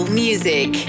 music